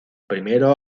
primero